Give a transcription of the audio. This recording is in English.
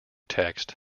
text